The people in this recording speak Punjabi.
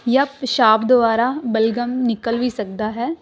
ਜਾਂ ਪਿਸ਼ਾਬ ਦੁਆਰਾ ਬਲਗਮ ਨਿਕਲ ਵੀ ਸਕਦਾ ਹੈ